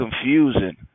confusing